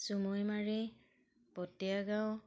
চুমৈমাৰী পতীয়া গাঁও